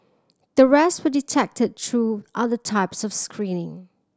the rest were detected through other types of screening